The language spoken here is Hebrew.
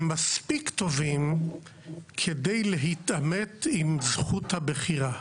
מספיק טובים כדי להתעמת עם זכות הבחירה.